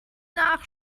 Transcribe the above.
nach